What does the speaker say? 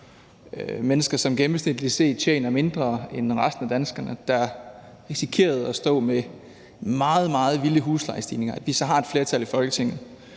mennesker, der gennemsnitligt tjener mindre end resten af danskerne, der risikerede at stå med meget, meget vilde huslejestigninger. Det, at vi har et flertal i Folketinget,